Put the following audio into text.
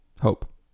hope